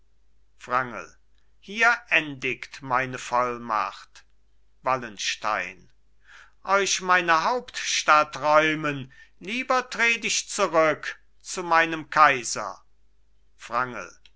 wrangel hier endigt meine vollmacht wallenstein euch meine hauptstadt räumen lieber tret ich zurück zu meinem kaiser